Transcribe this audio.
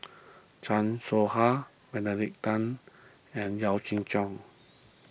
Chan Soh Ha Benedict Tan and Yaw Shin